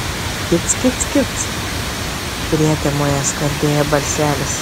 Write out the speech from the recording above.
kic kic kic prietemoje skardėjo balselis